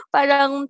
Parang